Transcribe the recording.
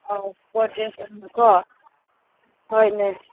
ꯑꯧ sport dress ꯑꯣꯏꯅ ꯀꯣ ꯍꯣꯏꯅꯦ